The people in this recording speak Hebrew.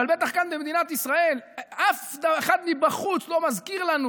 אבל בטח כאן במדינת ישראל אף אחד מבחוץ לא מזכיר לנו.